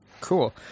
Cool